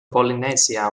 polynesia